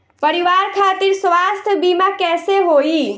परिवार खातिर स्वास्थ्य बीमा कैसे होई?